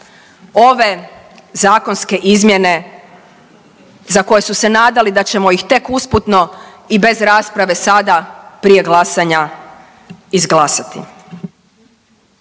ove zakonske izmjene za koje su se nadali da ćemo ih tek usputno i bez rasprave sada prije glasanja izglasati?